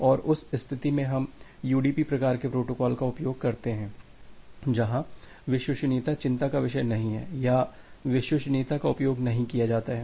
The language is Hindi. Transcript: और उस स्थिति में हम यूडीपी प्रकार के प्रोटोकॉल का उपयोग करते हैं जहां विश्वसनीयता चिंता का विषय नहीं है या विश्वसनीयता का उपयोग नहीं किया जाता है